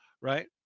right